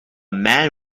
man